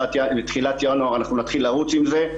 שבתחילת ינואר אנחנו נתחיל לרוץ עם זה,